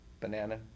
banana